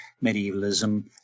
medievalism